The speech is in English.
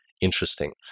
interesting